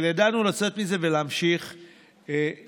אבל ידענו לצאת מזה ולהמשיך הלאה.